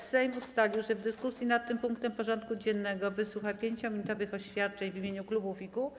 Sejm ustalił, że w dyskusji nad tym punktem porządku dziennego wysłucha 5-minutowych oświadczeń w imieniu klubów i kół.